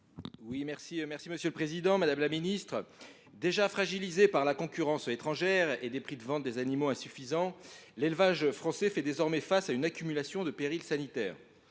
et de la souveraineté alimentaire. Déjà fragilisé par la concurrence étrangère et par des prix de vente des animaux insuffisants, l’élevage français fait désormais face à une accumulation de périls sanitaires.